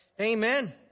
Amen